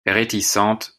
réticente